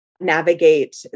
navigate